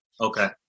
okay